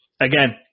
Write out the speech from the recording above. again